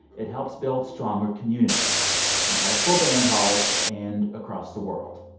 it helps build stronger communities in high school band halls and across the world.